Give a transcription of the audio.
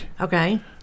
Okay